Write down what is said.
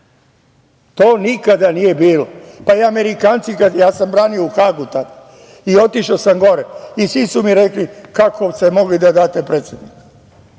to nikada nije bilo. Pa i Amerikanci, ja sam branio u Hagu tada, i otišao sam gore i svi su mi rekli – kako ste mogli da date predsednika?